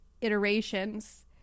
iterations